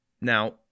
Now